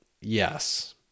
yes